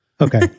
Okay